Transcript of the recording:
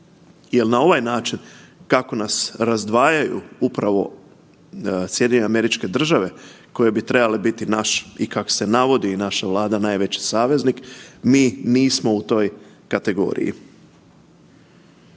Jel na ovaj način kako nas razdvajaju upravo SAD koje bi trebale biti naš i kako se navodi i naša Vlada najveći saveznik, mi nismo u toj kategoriji.